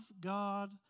God